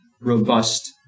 robust